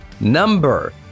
number